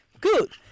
Good